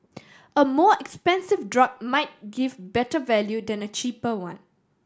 a more expensive drug might give better value than a cheaper one